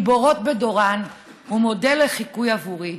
גיבורות בדורן ומודל לחיקוי עבורי.